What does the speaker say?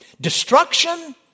destruction